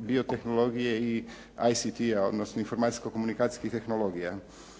biotehnologije i ICT-a, odnosno informacijsko-komunikacijskih tehnologija.